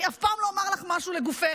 אני אף פעם לא אומר לך משהו לגופך,